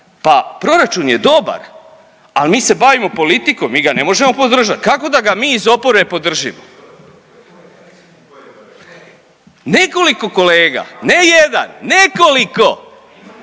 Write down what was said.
pa proračun je dobar, al mi se bavimo politikom, mi ga ne možemo podržat, kako da ga mi iz oporbe podržimo. Nekoliko kolega, ne jedan, nekoliko,